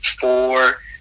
four